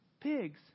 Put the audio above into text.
Pigs